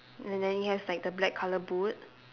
and then it has like the black colour boot